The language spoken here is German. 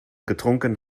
getrunken